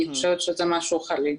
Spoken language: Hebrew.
אני חושבת שזה משהו חריג.